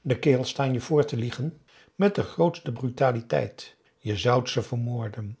de kerels staan je voor te liegen met de grootste brutaliteit je zoudt ze vermoorden